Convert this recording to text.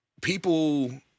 people